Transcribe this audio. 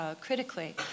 critically